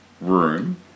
room